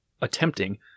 attempting